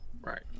right